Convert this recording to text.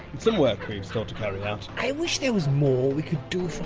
some work we've still to carry out. i wish there was more we could do for